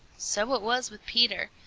so it was with peter.